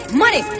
money